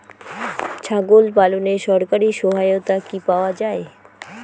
ছাগল পালনে সরকারি সহায়তা কি পাওয়া যায়?